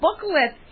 booklets